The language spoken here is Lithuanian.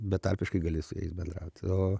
betarpiškai gali su jais bendrauti o